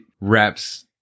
wraps